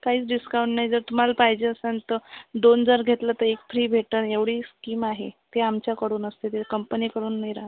काहीच डिस्काऊन नाही जर तुम्हाला पाहिजे असन तर दोन जर घेतलं तर एक फ्री भेटंल एवढी स्कीम आहे ती आमच्याकडून असते ती कंपनीकडून नाही राहत